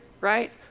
right